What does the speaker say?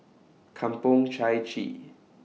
Kampong Chai Chee